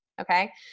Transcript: okay